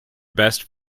best